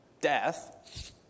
Death